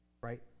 Right